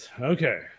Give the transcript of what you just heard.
Okay